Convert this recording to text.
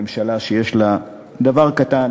ממשלה שיש לה דבר קטן,